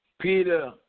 Peter